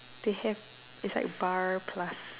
they have it's like bar plus